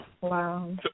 Wow